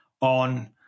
on